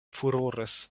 furoris